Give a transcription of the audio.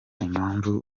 impamvu